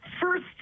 first